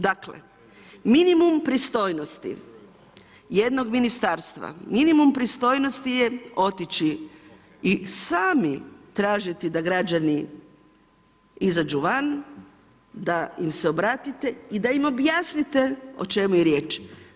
Dakle, minimum pristojnosti jednog ministarstva, minimum pristojnosti je otići i sami tražiti da građani izađu van, da im se obratite i da im objasnite o čemu je riječ.